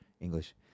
English